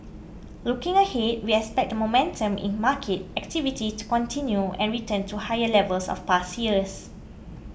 looking ahead we expect the momentum in market activity to continue and return to higher levels of past years